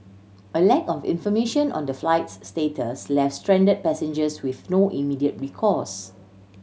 a lack of information on the flight's status left stranded passengers with no immediate recourse